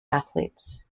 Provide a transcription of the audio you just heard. athletes